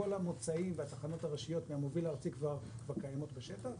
כל המוצאים והתחנות הראשיות מהמוביל הארצי כבר קיימות בשטח,